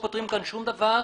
אנחנו לא פותרים כאן שום דבר.